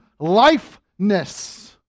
lifeness